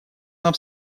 нам